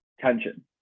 tension